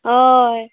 होय